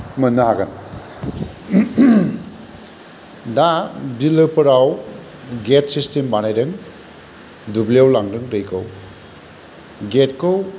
मोननो हागोन दा बिलोफोराव गेट सिस्टेम बानायदों दुब्लियाव लांदों दैखौ गेटखौ